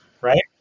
right